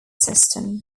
system